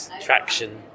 traction